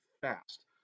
fast